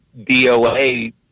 DOA